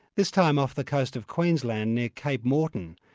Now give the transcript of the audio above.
this time off the coast of queensland, near cape moreton,